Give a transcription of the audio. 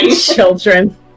Children